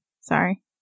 Sorry